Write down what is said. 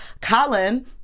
Colin